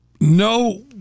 No